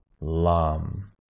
LAM